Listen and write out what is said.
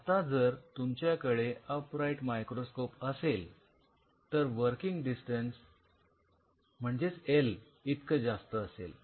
आता जर तुमच्याकडे अप राइट मायक्रोस्कोप असेल तर वर्किंग डिस्टेंस म्हणजेच एल इतकं जास्त असेल